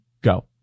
go